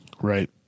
Right